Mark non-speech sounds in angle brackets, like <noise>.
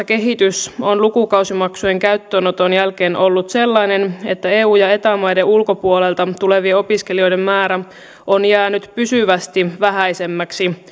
<unintelligible> kehitys on lukukausimaksujen käyttöönoton jälkeen ollut sellainen että eu ja eta maiden ulkopuolelta tulevien opiskelijoiden määrä on jäänyt pysyvästi vähäisemmäksi <unintelligible>